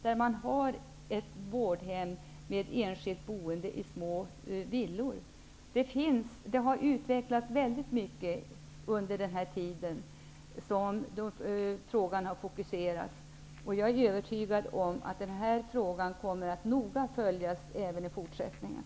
Där finns nämligen ett vårdhem med enskilt boende i små villor. Det har utvecklats väldigt mycket under den här tiden som frågan har fokuserats. Jag är övertygad om att den här frågan noga kommer att följas även i fortsättningen.